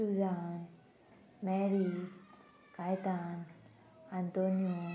Sujan Mary Caetano Antonio